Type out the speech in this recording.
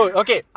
okay